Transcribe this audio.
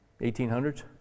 1800s